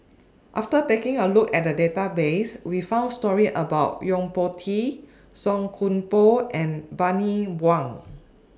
after taking A Look At The Database We found stories about Yo Po Tee Song Koon Poh and Bani Buang